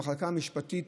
המחלקה המשפטית,